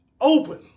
open